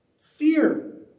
Fear